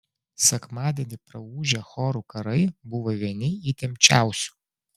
sekmadienį praūžę chorų karai buvo vieni įtempčiausių